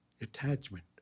Attachment